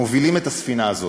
מובילים את הספינה הזאת.